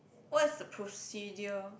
what is the procedure